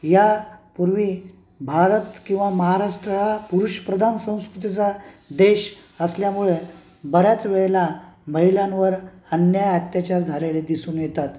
या पूर्वी भारत किंवा महाराष्ट्र हा पुरुषप्रधान संस्कृतीचा देश असल्यामुळे बऱ्याच वेळेला महिलांवर अन्याय अत्याचार झालेले दिसून येतात